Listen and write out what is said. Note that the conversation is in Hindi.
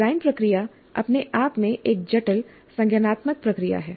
डिजाइन प्रक्रिया अपने आप में एक जटिल संज्ञानात्मक प्रक्रिया है